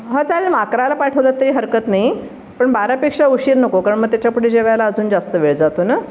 हा चालेल मग अकराला पाठवलंत तरी हरकत नाही पण बारापेक्षा उशीर नको कारण मग त्याच्यापुढे जेवायला अजून जास्त वेळ जातो नं